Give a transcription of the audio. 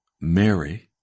Mary